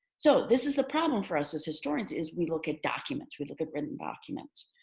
so this is the problem for us as historians is we look at documents, we look at written documents.